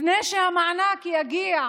לפני שהמענק יגיע